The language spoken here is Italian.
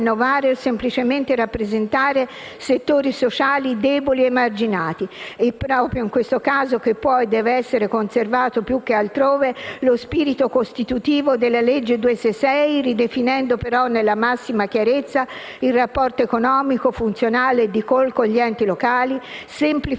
il rapporto economico, funzionale e di call con gli enti locali; semplificando